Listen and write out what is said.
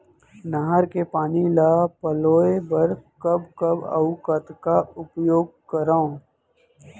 नहर के पानी ल पलोय बर कब कब अऊ कतका उपयोग करंव?